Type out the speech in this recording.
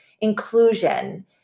inclusion